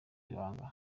ibanga